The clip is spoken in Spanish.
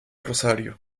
rosario